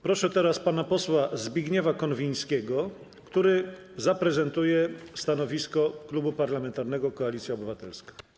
Proszę teraz pana posła Zbigniewa Konwińskiego, który zaprezentuje stanowisko Klubu Parlamentarnego Koalicja Obywatelska.